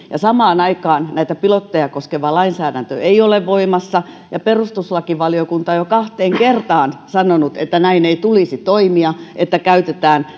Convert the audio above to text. ja samaan aikaan näitä pilotteja koskeva lainsäädäntö ei ole voimassa ja perustuslakivaliokunta jo kahteen kertaan on sanonut että näin ei tulisi toimia että